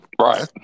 Right